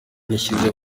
yashyize